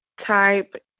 Type